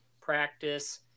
practice